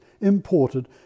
imported